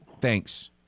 Thanks